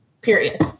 period